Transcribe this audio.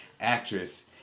actress